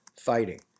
fighting